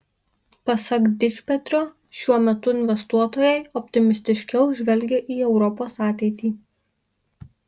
pasak dičpetrio šiuo metu investuotojai optimistiškiau žvelgia į europos ateitį